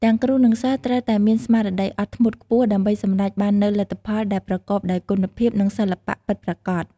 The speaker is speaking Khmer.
ទាំងគ្រូ និងសិស្សត្រូវតែមានស្មារតីអត់ធ្មត់ខ្ពស់ ដើម្បីសម្រេចបាននូវលទ្ធផលដែលប្រកបដោយគុណភាព និងសិល្បៈពិតប្រាកដ។